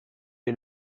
est